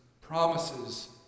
promises